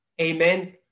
Amen